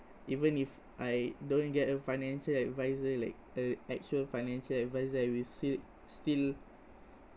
even if I don't get a financial advisor like a actual financial advisor I will still still